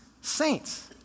saints